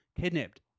kidnapped